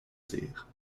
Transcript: dire